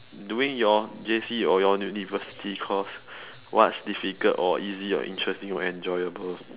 during your J_C or your university course what's difficult or easy or interesting or enjoyable